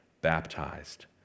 baptized